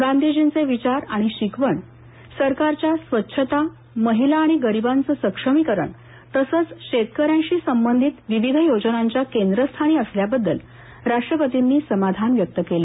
गांधीजींचे विचार आणि शिकवण सरकारच्या स्वच्छता महिला आणि गरीबांचं सक्षमीकरण तसंच शेतक यांशी संबंधित विविध योजनांच्या केंद्रस्थानी असल्याबद्दल राष्ट्रपतींनी समाधान व्यक्त केलं